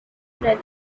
breath